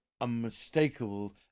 unmistakable